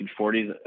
1940s